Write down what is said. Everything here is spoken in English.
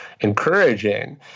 encouraging